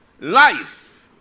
Life